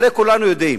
הרי כולנו יודעים.